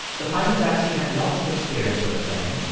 the pilots actually had lots of experience with the plane.